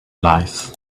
life